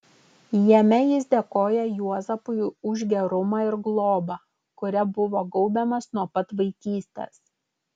jame jis dėkoja juozapui už gerumą ir globą kuria buvo gaubiamas nuo pat vaikystės